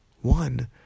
One